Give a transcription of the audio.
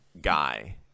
guy